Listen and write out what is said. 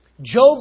Job